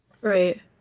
Right